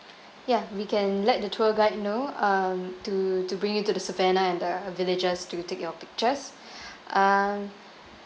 ya we can let the tour guide know um to to bring you to the savannah and the villages to take your pictures uh